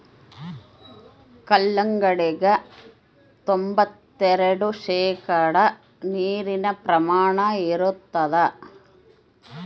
ಕಲ್ಲಂಗಡ್ಯಾಗ ತೊಂಬತ್ತೆರೆಡು ಶೇಕಡಾ ನೀರಿನ ಪ್ರಮಾಣ ಇರತಾದ